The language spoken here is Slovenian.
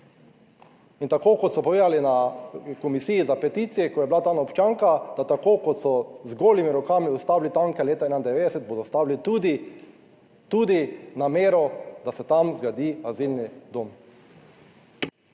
In tako kot so povedali na Komisiji za peticije, ko je bila tam občanka, da tako kot so z golimi rokami ustavili tanke leta 1991, bodo ustavili tudi tudi namero, da se tam zgradi azilni dom.